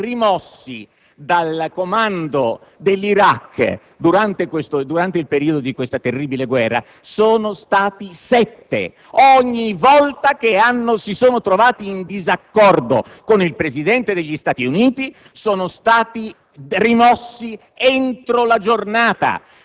Vi potrei ricordare che i generali rimossi dal comando dell'Iraq durante quella terribile guerra sono stati sette: ogni volta che si sono trovati in disaccordo con il Presidente degli Stati Uniti sono stati